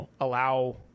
allow